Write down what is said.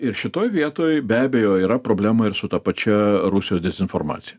ir šitoj vietoj be abejo yra problemų ir su ta pačia rusijos dezinformacija